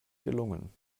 gelungen